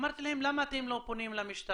אמרתי להם: למה אתם לא פונים למשטרה?